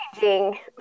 changing